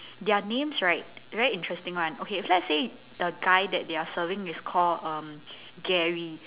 their names right very interesting [one] okay let's say the guy that they are serving is called um Gary